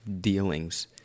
dealings